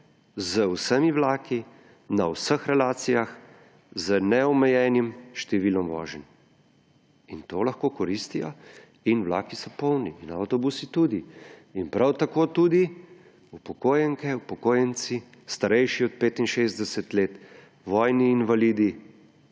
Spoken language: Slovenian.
z vsemi vlaki, na vseh relacijah, z neomejenim številom voženj. In to lahko koristijo in vlaki so polni in avtobusi tudi. Prav tako tudi upokojenke, upokojenci, starejši od 65. let, vojni invalidi,